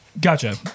gotcha